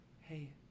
Hey